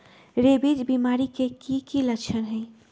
rabies बीमारी के कि कि लच्छन हई